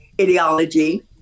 ideology